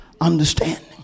Understanding